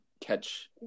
catch